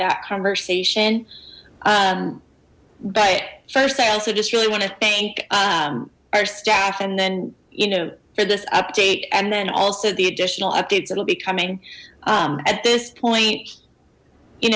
that conversation but first i also just really want to thank our staff and then you know for this update and then also the additional updates that'll be coming at this point you